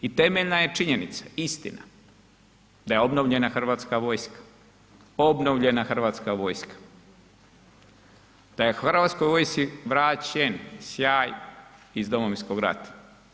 I temeljna je činjenica, istina da je obnovljena Hrvatska vojska, obnovljena Hrvatska vojska, da je Hrvatskoj vojsci vraćen sjaj iz Domovinskog rata.